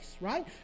right